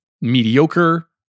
mediocre